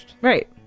Right